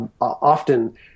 often